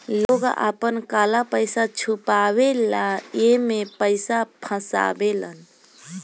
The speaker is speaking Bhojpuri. लोग आपन काला पइसा छुपावे ला एमे पइसा फसावेलन